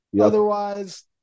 Otherwise